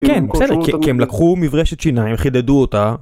כן בסדר, כי כי הם לקחו מברשת שיניים, חידדו אותה